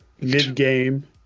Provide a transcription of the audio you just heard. mid-game